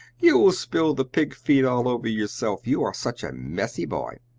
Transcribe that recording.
you will spill the pig-feed all over yourself! you are such a messy boy!